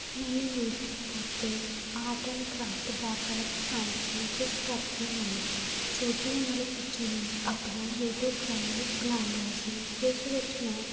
ਮੈਨੂੰ ਯੂਟਿਊਬ ਉੱਤੇ art and craft ਦਾ ਬਹੁਤ ਸ਼ੌਂਕ ਸੀ ਜਿਸ ਕਰਕੇ ਮੈਂ ਛੋਟੀ ਉਮਰ ਵਿੱਚ ਹੀ ਆਪਣਾ ਯੂਟਿਊਬ ਚੈਨਲ ਬਣਾ ਲਿਆ ਸੀ ਜਿਸ ਵਿੱਚ ਮੈਂ